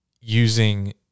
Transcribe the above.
using